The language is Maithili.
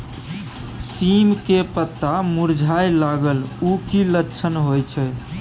सीम के पत्ता मुरझाय लगल उ कि लक्षण होय छै?